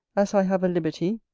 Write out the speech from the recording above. as i have a liberty,